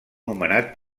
nomenat